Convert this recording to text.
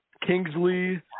Kingsley